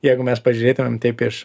jeigu mes pažiūrėtumėm taip iš